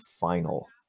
final